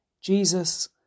Jesus